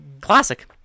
classic